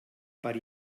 per